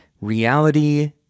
reality